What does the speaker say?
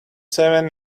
seven